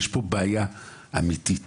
יש פה בעיה אמיתית.